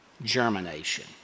germination